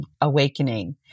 awakening